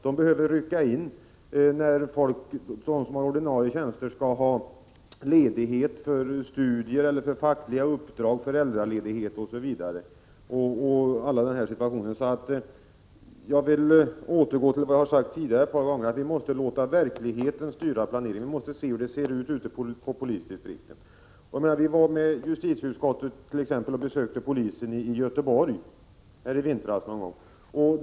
De behöver rycka in när de som har ordinarie tjänster skall ha ledighet för studier, för fackliga uppdrag, i samband med föräldraskap osv. Jag vill än en gång återkomma till vad jag tidigare har sagt om att vi måste låta verkligheten styra planeringen. Vi måste se hur det ser ut ute på polisdistrikten. Vi vart.ex. med justitieutskottet i vintras på besök hos polisen i Göteborg.